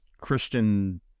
Christian